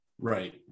Right